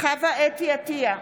חוה אתי עטייה,